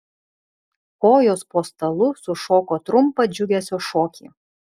kojos po stalu sušoko trumpą džiugesio šokį